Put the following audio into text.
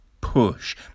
push